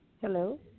Hello